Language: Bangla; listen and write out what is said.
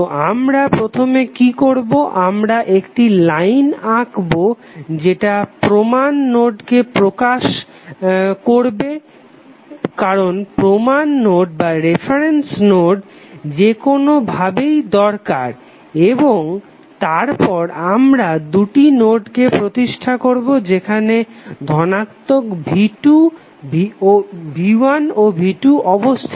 তো আমরা প্রথমে কি করবো আমরা একটি লাইন আঁকবো যেটা প্রমান নোডকে প্রকাশ করবে কারণ প্রমান নোড যেকোনো ভাবেই দরকার এবং তারপর আমরা দুটি নোডকে প্রতিষ্ঠা করবো যেখানে ধনাত্মক v1 ও v2 অবস্থিত